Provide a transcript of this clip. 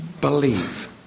Believe